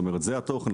כלומר זה התוכן,